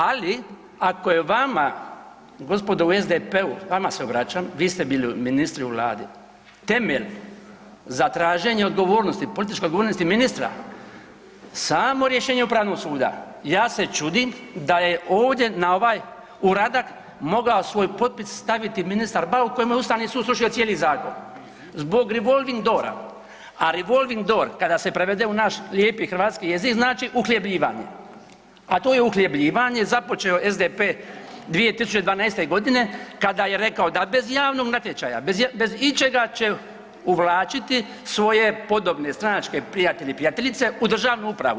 Ali ako je vama gospodo u SDP-u, vama se obraćam, vi ste bili ministri u vladi, temelj za traženje odgovornosti, političke odgovornosti ministra samo rješenje upravnog suda, ja se čudim da je ovdje na ovaj uradak mogao svoj potpis staviti ministar Bauk kojemu je ustavni sud srušio cijeli zakon zbog revolving doora, a revolving door kada se prevede u naš lijepi hrvatski jezik znači „uhljebljivanje“, a to je uhljebljivanje započeo SDP 2012.g. kada je rekao da bez javnog natječaja, bez ičega će uvlačiti svoje podobne stranačke prijatelje i prijateljice u državnu upravu.